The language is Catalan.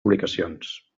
publicacions